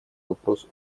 вопрос